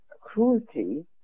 cruelty